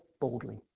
boldly